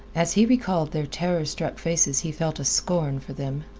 as he recalled their terror-struck faces he felt a scorn for them.